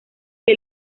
que